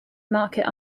market